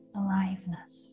aliveness